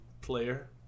player